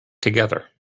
together